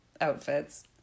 outfits